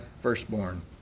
firstborn